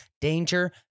danger